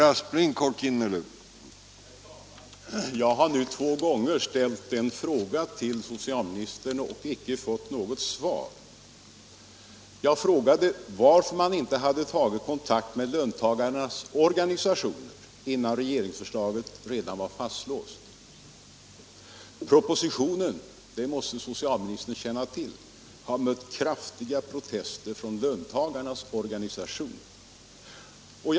Herr talman! Jag har nu två gånger ställt en fråga till socialministern, men icke fått något svar. Jag frågade varför man inte hade tagit kontakt med löntagarnas organisationer innan regeringsförslaget redan var fastlåst. Propositionen — det måste socialministern känna till — har mött kraftiga protester från löntagarnas organisationer.